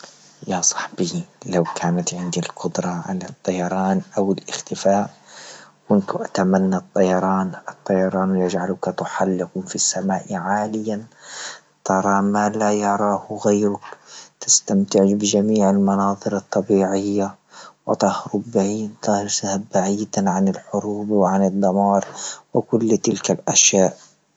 يا صحبي لو كانت عندي القدرة على الطيران أو الإختفاء، كنت أتمنى الطيران الطيران يجعلك تحلق في السماء عاليا ترى ما لا يراه غيرك، تستمتع بجميع المناظر الطبيعية، وتهرب بعيد بعيدا عن الحروب وعن الدمار وكل تلك لأشياء.